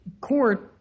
Court